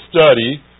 study